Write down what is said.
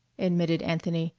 admitted anthony,